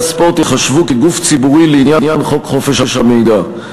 ספורט ייחשבו כגוף ציבורי לעניין חוק חופש המידע.